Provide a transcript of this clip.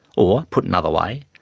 or, put another way,